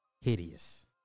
hideous